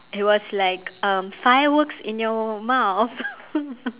it was like um fireworks in your mouth